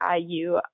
IU